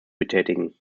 betätigen